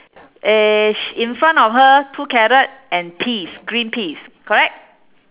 eh sh~ in front of her two carrot and peas green peas correct